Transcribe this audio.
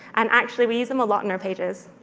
and actually, we use them a lot in our pages.